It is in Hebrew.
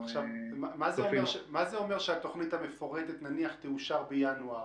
מה זה אומר שהתוכנית המפורטת תאושר בינואר?